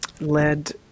led